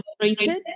treated